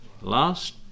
last